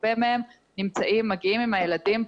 הרבה מאוד מגיעים עם הילדים,